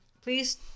please